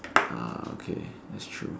uh okay that's true